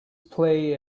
play